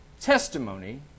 testimony